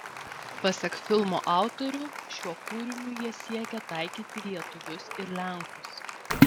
pasak filmo autorių šiuo kūriniu jie siekė taikyti lietuvius ir lenkus